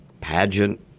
pageant